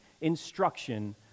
instruction